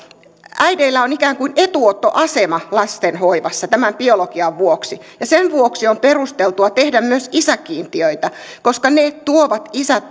äideillä on ikään kuin etuottoasema lasten hoivassa tämän biologian vuoksi ja sen vuoksi on perusteltua tehdä myös isäkiintiöitä koska ne tuovat isät